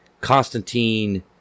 Constantine